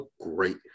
great